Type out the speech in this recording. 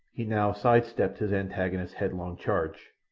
he now sidestepped his antagonist's headlong charge,